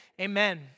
amen